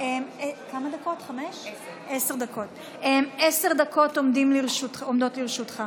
עשר דקות עומדות לרשותך.